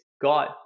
God